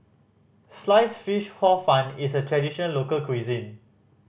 slice fish Hor Fun is a traditional local cuisine